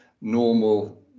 normal